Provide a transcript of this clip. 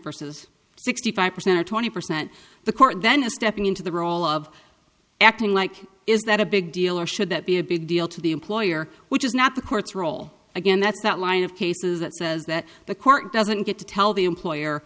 versus sixty five percent or twenty percent the court then is stepping into the role of acting like is that a big deal or should that be a big deal to the employer which is not the court's role again that's that line of cases that says that the court doesn't get to tell the employer